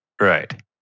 Right